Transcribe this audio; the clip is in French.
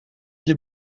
des